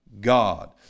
God